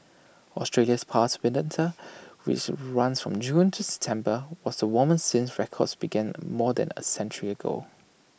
Australia's past which runs from June to September was the warmest since records began more than A century ago